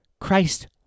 Christ